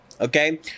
okay